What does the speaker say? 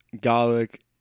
garlic